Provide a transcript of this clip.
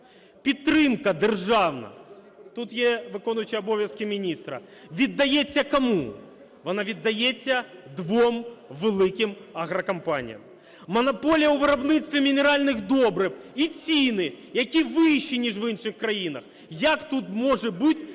кому? Вона віддається двом великим агрокомпаніям. Монополія у виробництві мінеральних добрив і ціни, які вищі, ніж в інших країнах! Як тут може бути